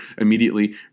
immediately